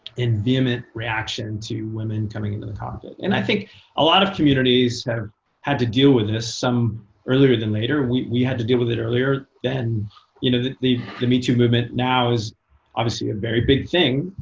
and vehement reaction to women coming into the cockpit. and i think a lot of communities have had to deal with this, some earlier than later. we had to deal with it earlier than you know the the me too movement now is obviously a very big thing.